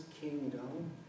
kingdom